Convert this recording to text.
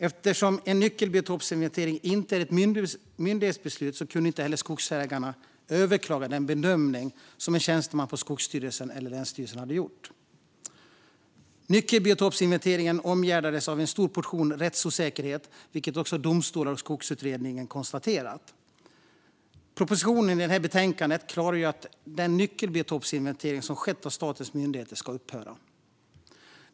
Eftersom en nyckelbiotopsinventering inte är ett myndighetsbeslut kunde skogsägaren inte heller överklaga den bedömning som en tjänsteman på Skogsstyrelsen eller länsstyrelsen hade gjort. Nyckelbiotopsinventeringen omgärdades av en stor portion rättsosäkerhet, vilket också domstolar och Skogsutredningen konstaterat. Propositionen i detta betänkande klargör att den nyckelbiotopsinventering som gjorts av statens myndigheter ska upphöra.